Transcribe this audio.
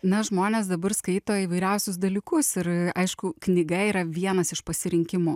na žmonės dabar skaito įvairiausius dalykus ir aišku knyga yra vienas iš pasirinkimų